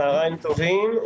צוהריים טובים.